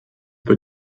bei